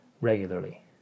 regularly